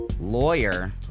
Lawyer